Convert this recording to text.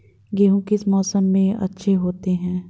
गेहूँ किस मौसम में अच्छे होते हैं?